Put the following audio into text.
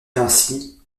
ainsi